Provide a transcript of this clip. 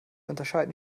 unterscheiden